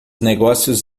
negócios